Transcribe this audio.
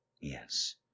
Yes